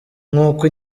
nkuko